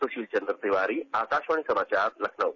सुशील चंद्र तिवारी आकाशवाणी समाचार लखनऊ